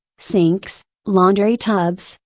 sinks, laundry tubs,